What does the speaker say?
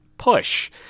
push